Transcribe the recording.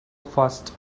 fast